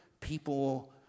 people